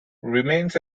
remains